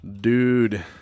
dude